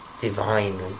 divine